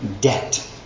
debt